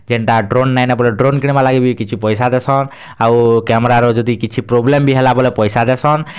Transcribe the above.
ଯେନ୍ତା ଡ଼୍ରୋନ୍ ନାଇଁ ନ ବୋଏଲେ ଡ଼୍ରୋନ୍ କିଣ୍ବାର୍ ଲାଗି ବି କିଛି ପଇସା ଦେସନ୍ ଆଉ କ୍ୟାମେରାର ଯଦି କିଛି ପ୍ରୋବ୍ଲେମ୍ ବି ହେଲା ବେଲେ ପଏସା ଦେସନ୍